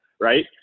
Right